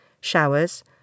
showers